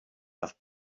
have